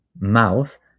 mouth